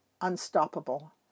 unstoppable